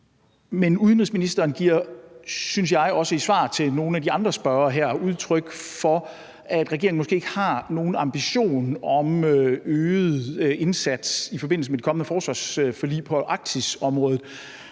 Men udenrigsministeren giver også, synes jeg, i svarene til nogle af de andre spørgere her udtryk for, at regeringen måske ikke har nogen ambition om en øget indsats på det arktiske område i forbindelse med det kommende forsvarsforlig. Nu ved